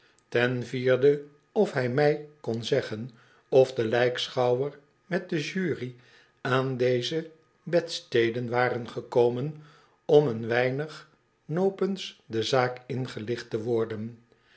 ten vierde of bij mij kon zeggen of de lijkschouwer met de jury aan deze bedsteden waren gekomen om een weinig nopens de zaak ingelicht te worden